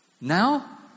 Now